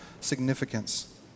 significance